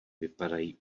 vypadají